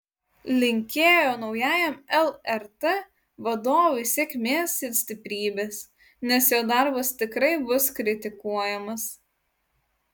linkėjo naujajam lrt vadovui sėkmės ir stiprybės nes jo darbas tikrai bus kritikuojamas